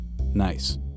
nice